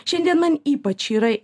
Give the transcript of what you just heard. šiandien man ypač yra